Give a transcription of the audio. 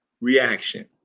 reaction